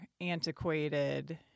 antiquated